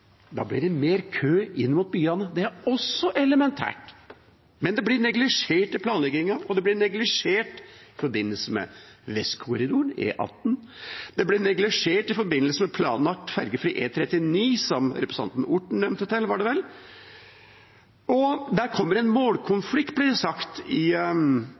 da? Da blir det mer kø inn mot byene. Det er også elementært, men det blir neglisjert i planleggingen. Det blir neglisjert i forbindelse med Vestkorridoren, E18. Det blir neglisjert i forbindelse med planlagt fergefri E39, som representanten Orten nevnte. Det kommer en målkonflikt, blir det sagt, i